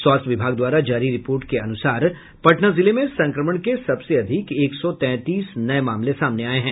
स्वास्थ्य विभाग द्वारा जारी रिपोर्ट के अनुसार पटना जिले में संक्रमण के सबसे अधिक एक सौ तैंतीस नये मामले सामने आये हैं